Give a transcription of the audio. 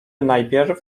najpierw